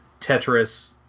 Tetris